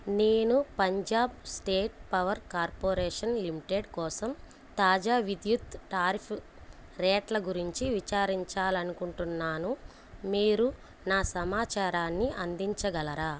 నేను Punjab state power corporation limited కోసం తాజా విద్యుత్ టారిఫ్ రేట్ల గురించి విచారించాలనుకుంటున్నాను మీరు నా సమాచారాన్ని అందించగలరా